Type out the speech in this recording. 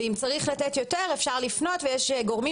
ואם צריך לתת יותר אפשר לפנות ויש גורמים